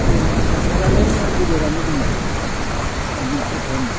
जोंना हासारानो गोबोरानो जोंनिया बेनो फ्रथम